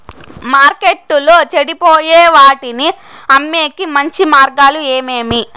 మార్కెట్టులో చెడిపోయే వాటిని అమ్మేకి మంచి మార్గాలు ఏమేమి